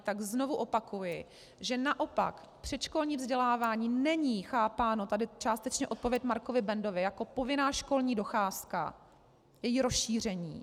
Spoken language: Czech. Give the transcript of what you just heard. Tak znovu opakuji, že naopak předškolní vzdělávání není chápáno tady je částečně odpověď Markovi Bendovi jako povinná školní docházka, její rozšíření.